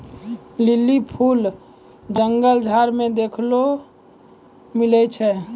lily फूल जंगल झाड़ मे देखै ले मिलै छै